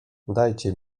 dajcie